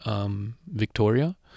Victoria